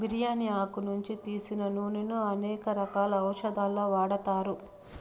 బిర్యాని ఆకు నుంచి తీసిన నూనెను అనేక రకాల ఔషదాలలో వాడతారు